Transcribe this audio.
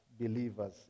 believers